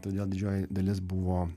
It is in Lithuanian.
todėl didžioji dalis buvo